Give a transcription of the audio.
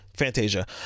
Fantasia